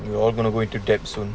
we all going to go into debt soon